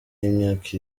y’imyaka